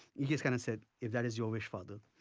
he just kind of said, if that is your wish father,